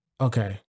okay